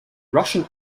russian